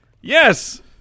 Yes